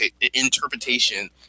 interpretation